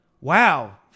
wow